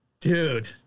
Dude